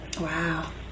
Wow